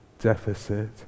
deficit